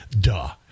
Duh